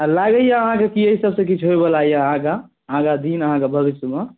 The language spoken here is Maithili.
आओर लागैए अहाँके कि एहिसबसँ किछु होइवला अइ अहाँ एहिठाम आगाँ दिन अहाँके भविष्यमे